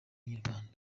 inyarwanda